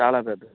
చాలా పెద్దది